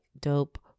dope